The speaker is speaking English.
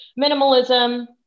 minimalism